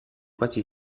quasi